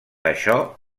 això